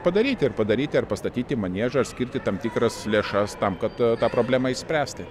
padaryti ir padaryti ar pastatyti maniežą skirti tam tikras lėšas tam kad tą problemą išspręsti